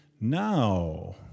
Now